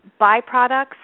byproducts